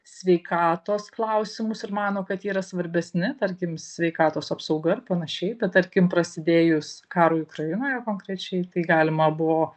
sveikatos klausimus ir mano kad jie yra svarbesni tarkim sveikatos apsauga ir panašiai bet tarkim prasidėjus karui ukrainoje konkrečiai tai galima buvo